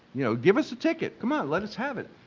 you know, give us a ticket, come on! let us have it!